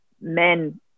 men